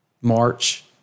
March